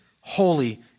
holy